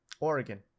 Oregon